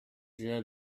near